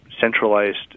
centralized